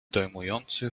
dojmujący